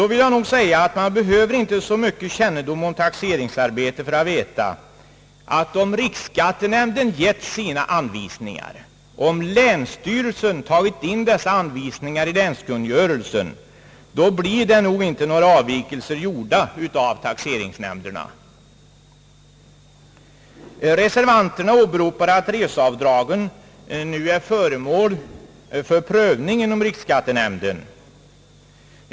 Jag vill nog säga, att man inte behöver ha så stor kännedom om taxeringsarbete för att veta att om riksskattenämnden gett sina anvisningar och länsstyrelsen tagit in dessa anvisningar i länskungörelsen, blir det nog inte några avvikelser gjorda av taxeringsnämnderna. Reservanterna åberopar att frågan om reseavdragen nu är föremål för prövning inom riksskattenämnden.